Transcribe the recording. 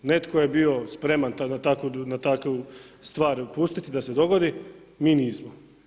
Netko je bio spreman tada na takvu stvar pustiti da se dogodi, mi nismo.